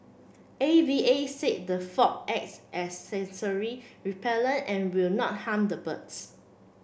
A V A said the fog acts as sensory repellent and will not harm the birds